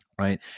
right